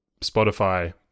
Spotify